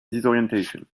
disorientation